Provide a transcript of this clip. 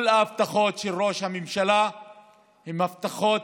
כל ההבטחות של ראש הממשלה הן הבטחות